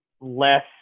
less